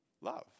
love